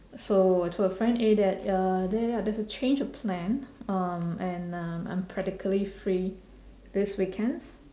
so I told a friend eh that uh there ya there's a change of plan um and I'm practically free this weekends